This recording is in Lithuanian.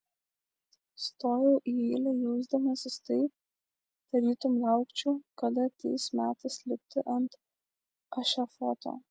stojau į eilę jausdamasis taip tarytum laukčiau kada ateis metas lipti ant ešafoto